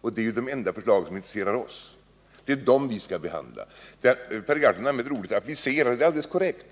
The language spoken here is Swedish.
och det är ju de enda förslag som intresserar oss; det är dem som vi skall behandla. Per Gahrton använder ordet ”aviserar”, och det är alldeles korrekt.